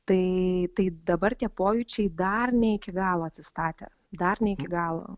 tai tai dabar tie pojūčiai dar ne iki galo atsistatė dar ne iki galo